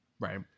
right